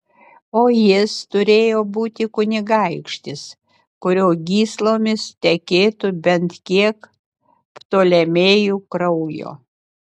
o jis turėjo būti kunigaikštis kurio gyslomis tekėtų bent kiek ptolemėjų kraujo